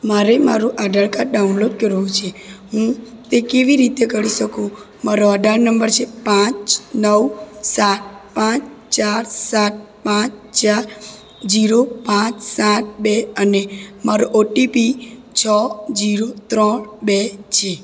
મારે મારું Aadhaar card download કરવું છે હું તે કેવી રીતે કરી શકું મારો આધાર નંબર છે પાંચ નવ સાત પાંચ ચાર સાત પાંચ ચાર ઝીરો પાંચ સાત બે અને મારો ઓટીપી છ ઝીરો ત્રણ બે છે